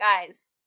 guys